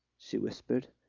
she whispered.